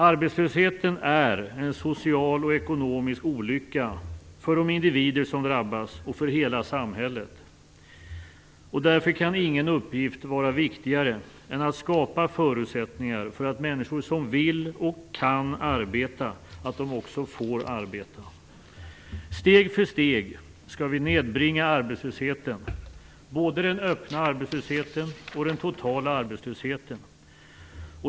Arbetslösheten är en social och ekonomisk olycka för de individer som drabbas och för hela samhället. Därför kan ingen uppgift vara viktigare än att skapa förutsättningar för att människor som vill och kan arbeta också får arbeta. Steg för steg skall vi nedbringa arbetslösheten - både den öppna arbetslösheten och den totala arbetslösheten.